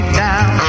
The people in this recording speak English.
down